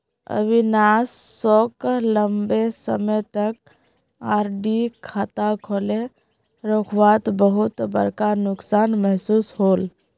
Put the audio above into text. अविनाश सोक लंबे समय तक आर.डी खाता खोले रखवात बहुत बड़का नुकसान महसूस होल